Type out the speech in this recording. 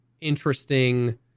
interesting